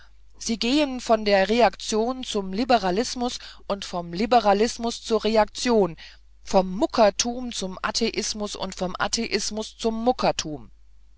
sie gehen von der reaktion zum liberalismus und vom liberalismus zur reaktion vom muckertum zum atheismus und vom atheismus zum muckertum